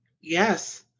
Yes